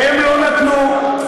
הם לא נתנו לנו,